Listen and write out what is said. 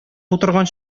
утырган